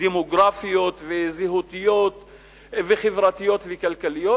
דמוגרפיות וזהותיות וחברותיות וכלכליות,